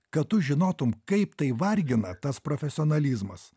kad tu žinotum kaip tai vargina tas profesionalizmas